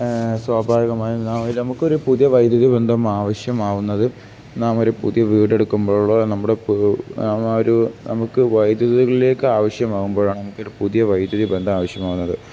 സ്വാഭാവികമായി നമുക്ക് ഒരു പുതിയ വൈദ്യുതി ബന്ധം ആവശ്യമാകുന്നത് നാം ഒരു പുതിയ വീട് എടുക്കുമ്പോഴുള്ള നമ്മുടെ ഒരു നമുക്ക് വൈദ്യുതികളിലേക്ക് ആവശ്യം ആകുമ്പോഴാണ് നമുക്ക് ഒരു പുതിയ വൈദ്യുതി ബന്ധം ആവശ്യമാകുന്നത്